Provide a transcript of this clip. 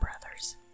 Brothers